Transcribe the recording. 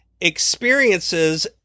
experiences